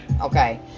Okay